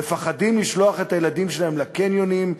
מפחדים לשלוח את הילדים שלהם לקניונים,